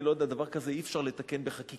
אני לא יודע, דבר כזה אי-אפשר לתקן בחקיקה,